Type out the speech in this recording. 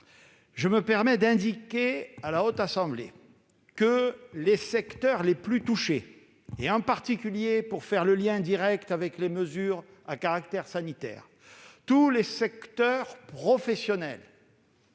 Je me permets d'indiquer à la Haute Assemblée que les secteurs les plus touchés, en particulier- pour faire le lien direct avec les mesures à caractère sanitaire -tous les secteurs professionnels